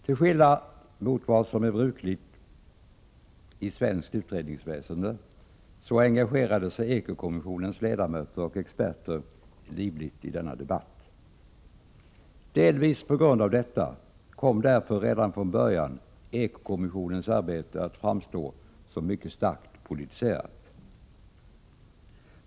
Till skillnad mot vad som är brukligt i svenskt utredningsväsende engagerade sig ekokommissionens ledamöter och experter livligt i denna debatt. Delvis på grund av detta kom därför redan från början eko-kommissionens arbete att framstå som mycket starkt politiserat.